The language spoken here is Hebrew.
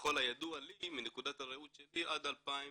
ככל הידוע לי מנקודת ראותי, עד 2017